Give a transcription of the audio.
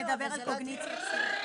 הוא מדבר על קוגניציה תקינה.